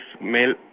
male